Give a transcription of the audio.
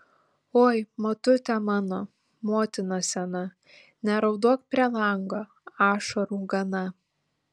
oi motute mano motina sena neraudok prie lango ašarų gana